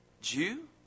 Jew